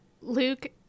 Luke